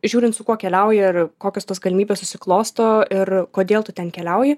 žiūrint su kuo keliauji ir kokios tos galimybės susiklosto ir kodėl tu ten keliauji